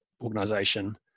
organization